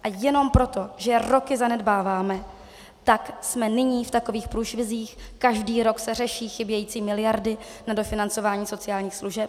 A jenom proto, že je roky zanedbáváme, tak jsme nyní v takových průšvizích, každý rok se řeší chybějící miliardy na dofinancování sociálních služeb.